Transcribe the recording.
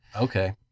Okay